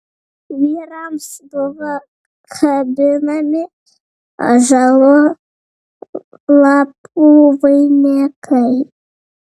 vyrams buvo kabinami ąžuolo lapų vainikai